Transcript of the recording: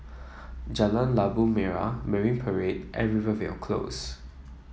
Jalan Labu Merah Marine Parade and Rivervale Close